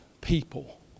people